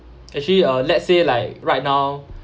actually uh let's say like right now